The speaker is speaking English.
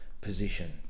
position